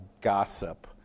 gossip